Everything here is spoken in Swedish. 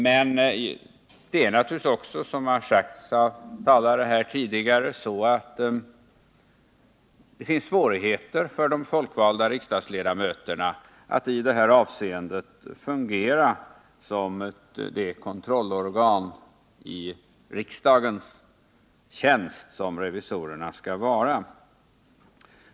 Som sagts av tidigare talare är det naturligtvis så att det finns svårigheter för riksdagsledamöterna att fungera i det kontrollorgan i riksdagens tjänst som riksdagsrevisionen skall vara.